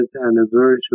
anniversary